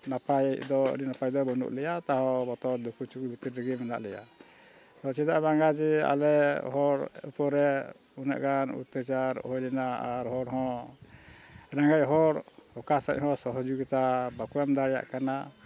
ᱱᱟᱯᱟᱭ ᱫᱚ ᱟᱹᱰᱤ ᱱᱟᱯᱟᱭ ᱫᱚ ᱵᱟᱹᱱᱩᱜ ᱞᱮᱭᱟ ᱛᱟᱶ ᱵᱚᱛᱚᱨ ᱫᱩᱠᱩ ᱪᱩᱠᱩ ᱵᱷᱤᱛᱨᱤ ᱨᱮᱜᱮ ᱢᱮᱱᱟᱜ ᱞᱮᱭᱟ ᱛᱚ ᱪᱮᱫᱟᱜ ᱵᱟᱝᱜᱟ ᱡᱮ ᱟᱞᱮ ᱦᱚᱲ ᱩᱯᱚᱨ ᱨᱮ ᱩᱱᱟᱹᱜ ᱜᱟᱱ ᱩᱛᱛᱟᱪᱟᱨ ᱦᱩᱭ ᱞᱮᱱᱟ ᱟᱨ ᱦᱚᱲ ᱦᱚᱸ ᱨᱮᱸᱜᱮᱡ ᱦᱚᱲ ᱚᱠᱟ ᱥᱮᱫ ᱦᱚᱸ ᱥᱚᱦᱚᱡᱳᱜᱤᱛᱟ ᱵᱟᱠᱚ ᱮᱢ ᱫᱟᱲᱮᱭᱟᱜ ᱠᱟᱱᱟ